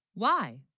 why